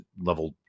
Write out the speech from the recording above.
level